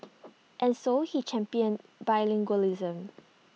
and so he championed bilingualism